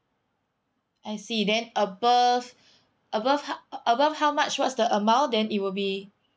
I see then above above how above how much what's the amount then it will be